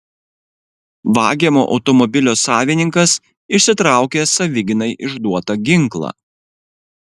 vagiamo automobilio savininkas išsitraukė savigynai išduotą ginklą